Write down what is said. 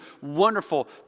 wonderful